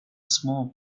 small